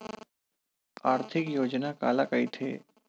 आर्थिक योजना काला कइथे?